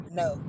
no